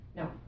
No